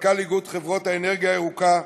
מנכ"ל איגוד חברות אנרגיה ירוקה,